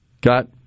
got